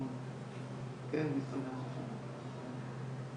תודה רבה חברת הכנסת יעל.